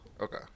Okay